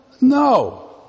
No